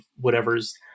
whatever's